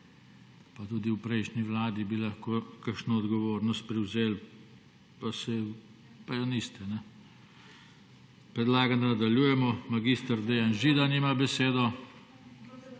pa tudi v prejšnji Vladi bi lahko kakšno odgovornost prevzeli, pa je niste, kajne. Predlagam, da nadaljujemo, mag. Dejan Židan ima besedo.